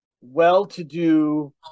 well-to-do